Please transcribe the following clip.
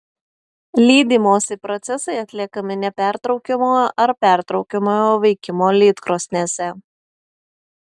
lydymosi procesai atliekami nepertraukiamojo arba pertraukiamojo veikimo lydkrosnėse